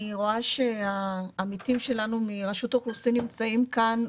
אני רואה שהעמיתים שלנו מרשות האוכלוסין נמצאים כאן.